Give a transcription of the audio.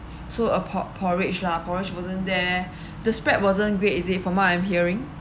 so uh po~ porridge lah porridge wasn't there the spread wasn't great is it from what I'm hearing